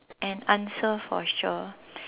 an answer for sure